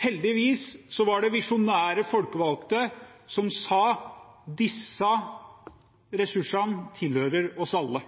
Heldigvis var det visjonære folkevalgte som sa at disse ressursene tilhører oss alle.